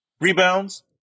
Rebounds